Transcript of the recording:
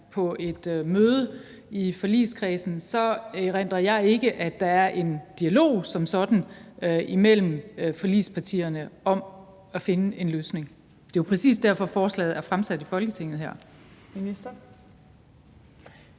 på et møde i forligskredsen, erindrer jeg ikke, at der har været en dialog som sådan imellem forligspartierne om at finde en løsning. Det er jo præcis derfor, forslaget er fremsat i Folketinget her.